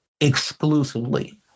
exclusively